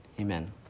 Amen